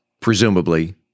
presumably